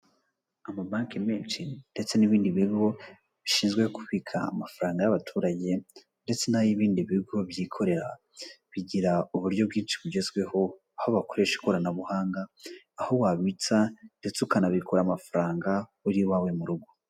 Amabanki menshi ndetse n'ibindi bigo bishinzwe kubika amafaranga y'abaturage ndetse n'ay'ibindi bigo byikorera, bigira uburyo bwinshi bugezweho aho bakoresha ikoranabuhanga, aho wabitsa ndetse ukanabikura amafaranga uri iwawe mu rugo.